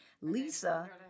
Lisa